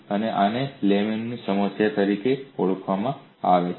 અને આને લેમેનું Lamė's સમસ્યા તરીકે ઓળખવામાં આવે છે